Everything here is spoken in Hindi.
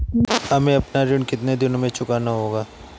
हमें अपना ऋण कितनी दिनों में चुकाना होगा?